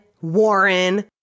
Warren